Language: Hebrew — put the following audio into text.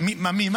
--- מה מי?